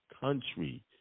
country